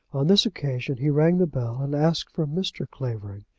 on this occasion he rang the bell, and asked for mr. clavering,